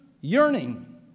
yearning